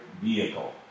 vehicle